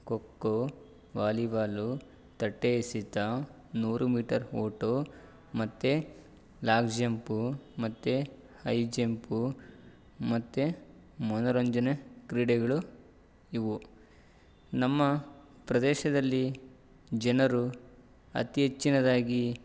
kho kho volleyball ತಟ್ಟೆ ಎಸೆತ ನೂರು ಮೀಟರ್ ಓಟ ಮತ್ತು ಲಾಗ್ ಜಂಪು ಮತ್ತು ಹೈ ಜೆಂಪು ಮತ್ತು ಮನೊರಂಜನೆ ಕ್ರೀಡೆಗಳು ಇವು ನಮ್ಮ ಪ್ರದೇಶದಲ್ಲಿ ಜನರು ಅತಿ ಹೆಚ್ಚಿನದಾಗಿ